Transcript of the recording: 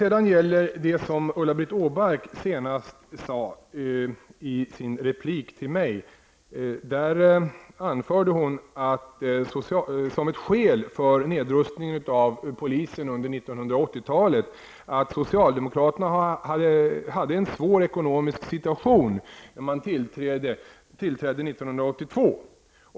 I sin senaste replik till mig anförde Ulla-Britt Åbark som ett skäl för nedrustningen av polisen under 1980-talet att socialdemokraterna hade en svår ekonomisk situation när man tillträdde 1982.